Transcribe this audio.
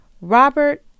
Robert